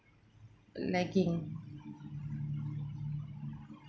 lagging